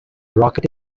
rocket